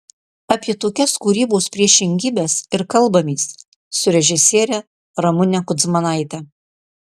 apie tokias kūrybos priešingybes ir kalbamės su režisiere ramune kudzmanaite